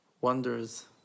wonders